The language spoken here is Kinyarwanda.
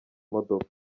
modoka